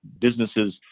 businesses